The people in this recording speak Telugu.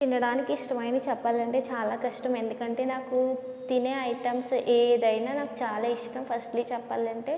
తినడానికి ఇష్టమైనవి చెప్పాలంటే చాలా కష్టం ఎందుకంటే నాకు తినే ఐటమ్స్ ఏదైనా నాకు చాలా ఇష్టం ఫస్ట్లీ చెప్పాలంటే